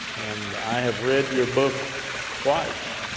and i have read your book twice,